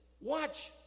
Watch